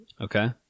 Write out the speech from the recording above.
Okay